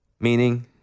Meaning